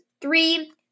three